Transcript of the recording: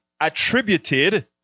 attributed